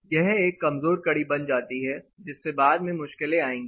यह एक कमजोर कड़ी बन जाती है जिससे बाद में मुश्किलें आएंगी